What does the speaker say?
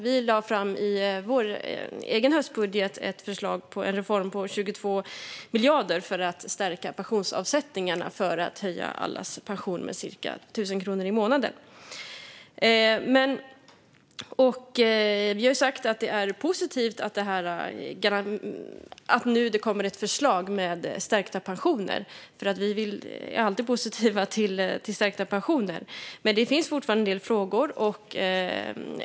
Vi lade i vår egen höstbudget fram en reform på 22 miljarder för att stärka pensionsavsättningarna för att höja allas pension med cirka 1 000 kronor i månaden. Vi har sagt att det är positivt att det nu kommer ett förslag om stärkta pensioner. Vi är alltid positiva till stärkta pensioner. Men det finns fortfarande en del frågor.